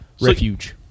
refuge